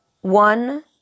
One